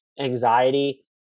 anxiety